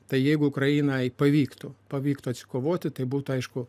tai jeigu ukrainai pavyktų pavyktų atsikovoti tai būtų aišku